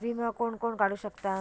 विमा कोण कोण काढू शकता?